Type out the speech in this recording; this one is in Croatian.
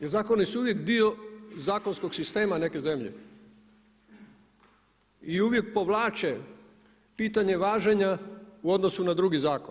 Jer zakoni su uvijek dio zakonskog sistema neke zemlje i uvijek povlače pitanje važenja u odnosu na drugi zakon.